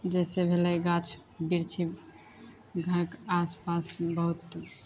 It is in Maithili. जैसे भेलै गाछ बृक्ष घरके आसपासमे बहुत